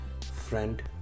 friend